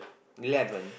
eleven